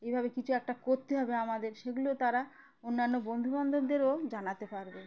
এইভাবে কিছু একটা করতে হবে আমাদের সেগুলো তারা অন্যান্য বন্ধুবান্ধবদেরও জানাতে পারবে